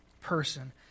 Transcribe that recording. person